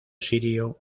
sirio